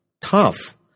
tough